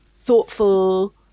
thoughtful